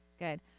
Good